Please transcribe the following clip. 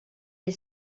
est